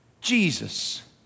Jesus